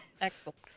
Excellent